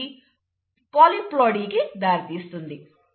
ఇది పోలీప్లోఇడీ కు దారి తీస్తుంది